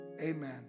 Amen